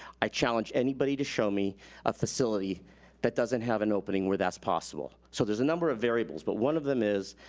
i challenge anybody to show me a facility that doesn't have an opening where that's possible. so there's a number of variables, but one of them is,